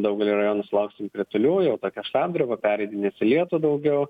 daugelyje rajonų sulauksim kritulių jau tokia šlapdriba pereidinės į lietų daugiau